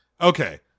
Okay